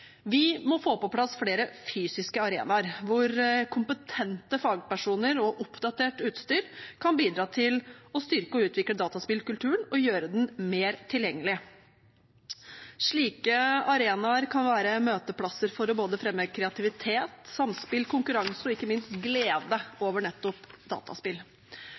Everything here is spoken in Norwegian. Vi må få på plass flere fysiske arenaer, hvor kompetente fagpersoner og oppdatert utstyr kan bidra til å styrke og utvikle dataspillkulturen og gjøre den mer tilgjengelig. Slike arenaer kan være møteplasser for å fremme både kreativitet, samspill, konkurranse og ikke minst glede over nettopp dataspill.